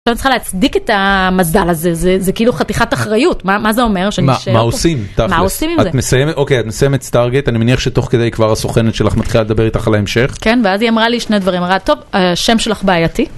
אני צריכה להצדיק את המזל הזה, זה כאילו חתיכת אחריות, מה זה אומר שאני אשאר פה? מה עושים, את מסיימת סטארגט, אני מניח שתוך כדי כבר הסוכנת שלך מתחילה לדבר איתך על ההמשך? כן, ואז היא אמרה לי שני דברים, היא אמרה, טוב, השם שלך בעייתי.